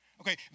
Okay